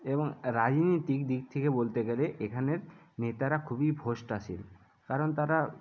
এবং রাজনীতিক দিক থেকে বলতে গেলে এখানের নেতারা খুবই ভ্রষ্টাশীল কারণ তারা